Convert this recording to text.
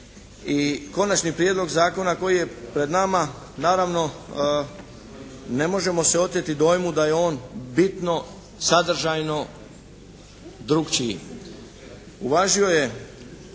i konačni prijedlog zakona koji je pred nama, naravno ne možemo se oteti dojmu da je on bitno, sadržajno drukčiji. Uvažuje